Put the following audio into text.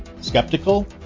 Skeptical